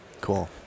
Cool